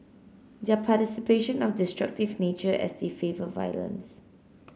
their participation of destructive nature as they favour violence